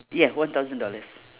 yeah one thousand dollars